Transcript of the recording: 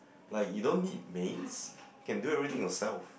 like you don't need maids you can do everything yourself